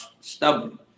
stubborn